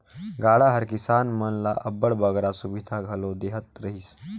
गाड़ा हर किसान मन ल अब्बड़ बगरा सुबिधा घलो देहत रहिस